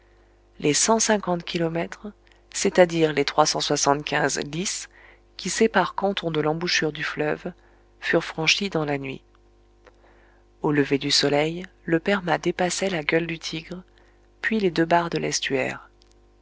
les cent cinquante kilomètres c'est-à-dire les trois cent soixante-quinze lis qui séparent canton de l'embouchure du fleuve furent franchis dans la nuit au lever du soleil le perma dépassait la gueule du tigre puis les deux barres de l'estuaire